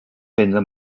prendre